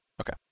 okay